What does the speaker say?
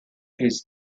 his